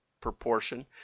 proportion